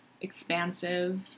expansive